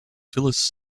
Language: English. phyllis